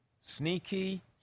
Sneaky